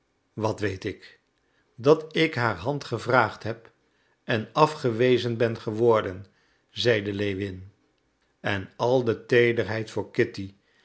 wat weet ik dat ik haar hand gevraagd heb en afgewezen ben geworden zeide lewin en al de teederheid voor kitty